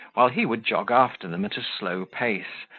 while he would jog after them at a slow pace,